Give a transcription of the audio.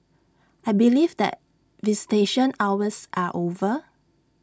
I believe that visitation hours are over